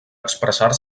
expressar